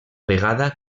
vegada